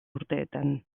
urteetan